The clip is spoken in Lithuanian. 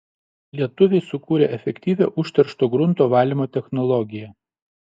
lietuviai sukūrė efektyvią užteršto grunto valymo technologiją